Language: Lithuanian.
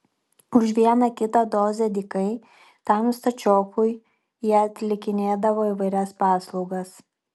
už vieną kitą dozę dykai tam stačiokui jie atlikinėdavo įvairias paslaugas